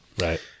right